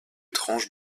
tranches